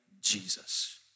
Jesus